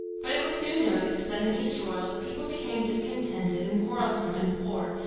but it was soon noticed that in eastroyal the people became discontented and quarrelsome and poor,